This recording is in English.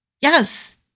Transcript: Yes